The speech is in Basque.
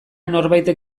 norbaitek